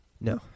No